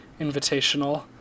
invitational